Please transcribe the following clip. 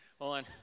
on